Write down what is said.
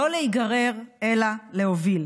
לא להיגרר אלא להוביל.